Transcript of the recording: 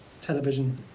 television